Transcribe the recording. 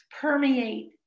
permeate